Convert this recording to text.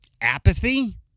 apathy